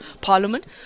Parliament